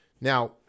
now